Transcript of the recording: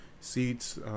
seats